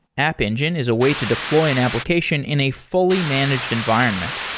app engine is a way to deploy an application in a fully managed environment.